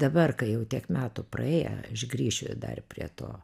dabar kai jau tiek metų praėję aš grįšiu dar prie to